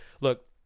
Look